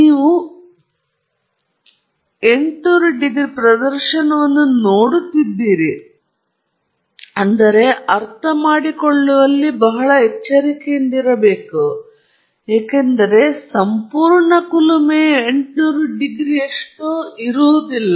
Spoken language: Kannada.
ನೀವು 800 ಡಿಗ್ರಿ C ಯ ಪ್ರದರ್ಶನವನ್ನು ನೋಡುತ್ತಿದ್ದೀರಿ ಆದರೆ ಇದರ ಅರ್ಥವೇನೆಂದು ನೀವು ಅರ್ಥಮಾಡಿಕೊಳ್ಳುವಲ್ಲಿ ಬಹಳ ಎಚ್ಚರಿಕೆಯಿಂದಿರಬೇಕು ಏಕೆಂದರೆ ಸಂಪೂರ್ಣ ಕುಲುಮೆಯು 800 ಡಿಗ್ರಿಗಳಷ್ಟು ಸಿಗುವುದಿಲ್ಲ